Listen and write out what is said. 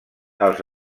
als